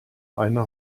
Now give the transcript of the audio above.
eine